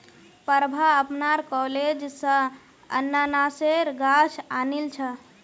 प्रभा अपनार कॉलेज स अनन्नासेर गाछ आनिल छ